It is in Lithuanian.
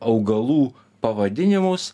augalų pavadinimus